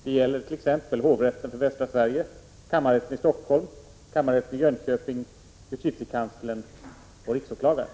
Det gäller t.ex. hovrätten för västra Sverige, kammarrätten i Stockholm, kammarrätten i Jönköping, justitiekanslern och riksåklagaren.